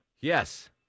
Yes